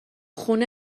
خونه